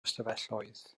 ystafelloedd